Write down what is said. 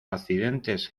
accidentes